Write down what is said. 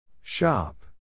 Shop